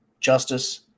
justice